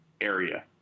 area